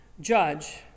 judge